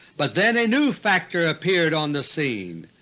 but then a new factor appeared on the scene.